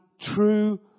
true